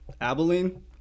Abilene